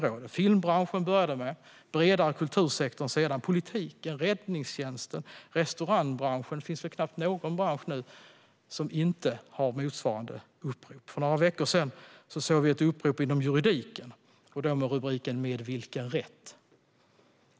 Det började med filmbranschen, sedan den bredare kultursektorn, politiken, räddningstjänsten, restaurangbranschen - det finns knappt någon bransch nu som inte har motsvarande upprop. För några veckor sedan såg vi ett upprop inom juridiken under rubriken "Med vilken rätt?"